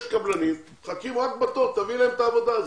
יש קבלנים, מחכים בתור - תביאי להם את העבודה.